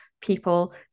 people